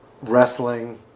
wrestling